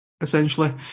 essentially